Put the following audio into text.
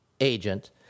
agent